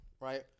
right